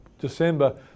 December